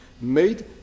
made